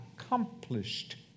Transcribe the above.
accomplished